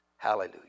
Hallelujah